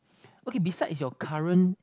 okay beside is your current